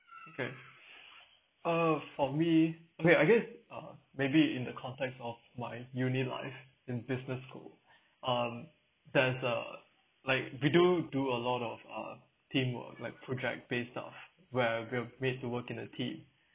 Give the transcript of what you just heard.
okay uh for me okay I guess uh maybe in the context of my uni life in business school um there's a like we do do a lot of uh teamwork like project based stuff where we have made to work in a team